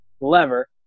lever